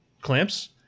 clamps